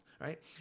right